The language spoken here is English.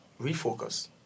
refocus